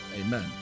Amen